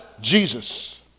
Jesus